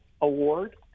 award